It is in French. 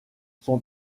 son